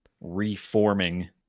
reforming